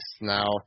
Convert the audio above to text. Now